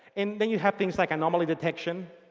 and then you have things like anomaly detection.